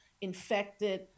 infected